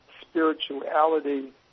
spirituality